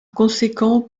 conséquent